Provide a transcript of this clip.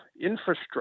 infrastructure